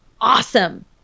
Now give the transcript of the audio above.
awesome